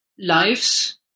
lives